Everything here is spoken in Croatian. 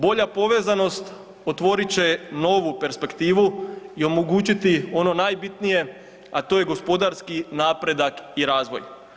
Bolja povezanost otvorit će novu perspektivu i omogućiti ono najbitnije, a to je gospodarski napredak i razvoj.